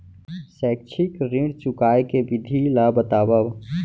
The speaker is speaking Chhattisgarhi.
शैक्षिक ऋण चुकाए के विधि ला बतावव